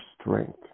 strength